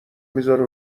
میذاره